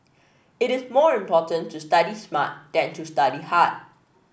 it is more important to study smart than to study hard